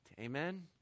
Amen